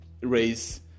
raise